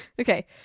Okay